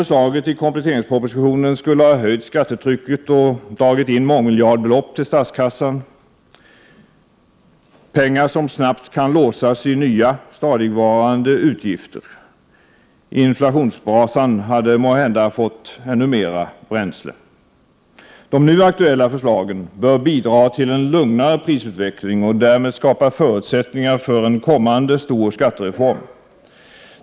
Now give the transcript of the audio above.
skattetrycket och dragit in mångmiljardbelopp till statskassan, pengar som snabbt hade kunnat låsas i nya stadigvarande utgifter. Inflationsbrasan hade måhända fått ännu mer bränsle. De nu aktuella förslagen bör bidra till en lugnare prisutveckling och därmed skapa förutsättningar för en kommande stor skattereform.